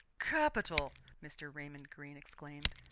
capital! mr. raymond greene exclaimed.